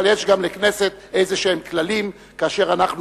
אבל יש לכנסת גם כללים כלשהם כאשר אנו